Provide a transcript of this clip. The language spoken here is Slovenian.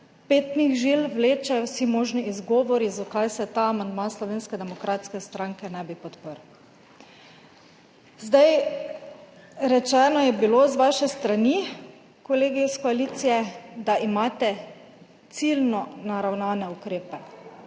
petnih žil vlečejo vsi možni izgovori, zakaj se ta amandma Slovenske demokratske stranke ne bi podprl. Rečeno je bilo z vaše strani, kolegi iz koalicije, da imate ciljno naravnane ukrepe.